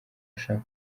ashaka